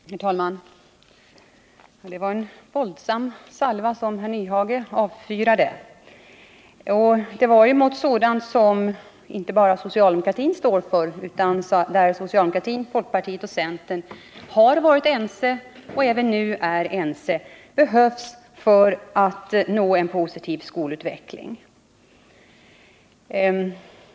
Herr talman! Det var en våldsam salva som herr Nyhage avfyrade. Den riktades inte bara mot sådant som socialdemokratin ensam står för utan även mot sådant som socialdemokratin, folkpartiet och centern har varit och även nu är överens om behövs för att vi skall nå en positiv skolutveckling.